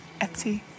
Etsy